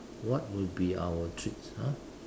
what would be our treats !huh!